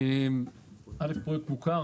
ראשית, הפרויקט מוכר.